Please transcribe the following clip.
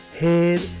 head